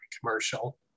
commercial